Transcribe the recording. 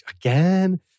again